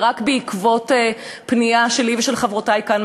ורק בעקבות פנייה שלי ושל חברותי כאן